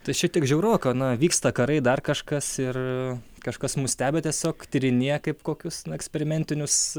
tai šiek tiek žiauroka na vyksta karai dar kažkas ir kažkas mus stebi tiesiog tyrinėja kaip kokius na eksperimentinius